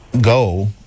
go